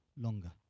longer